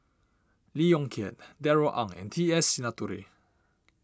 Lee Yong Kiat Darrell Ang and T S Sinnathuray